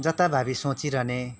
जताभावी सोचिरहने